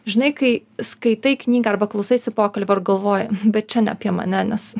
žinai kai skaitai knygą arba klausaisi pokalbio ir galvoji bet čia ne apie mane nes